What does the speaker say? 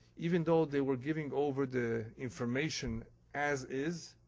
even though they were giving over the information as is